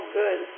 good